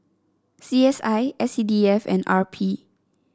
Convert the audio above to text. C S I S C D F and R P